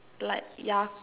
like ya~